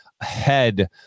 ahead